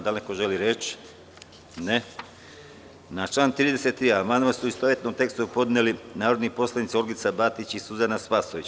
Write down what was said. Da li neko želi reč? (Ne.) Na član 33. amandman u istovetnom tekstu su podneli narodni poslanici Olgica Batić i Suzana Spasojević.